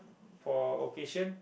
for occasion